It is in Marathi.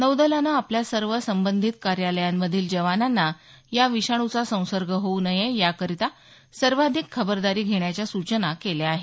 नौदलानं आपल्या सर्व संबंधित कार्यालयांमधील जवानांना या विषाणूचा संसर्ग होऊ नये या करता सर्वाधिक खबरदारी घेण्याच्या सूचना केल्या आहेत